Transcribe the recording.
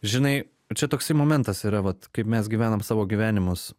žinai čia toksai momentas yra vat kaip mes gyvenam savo gyvenimus